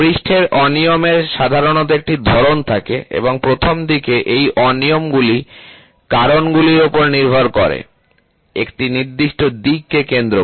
পৃষ্ঠের অনিয়মের সাধারণত একটি ধরন থাকে এবং প্রথমদিকে এই অনিয়মগুলির কারণগুলির উপর নির্ভর করে একটি নির্দিষ্ট দিককে কেন্দ্র করে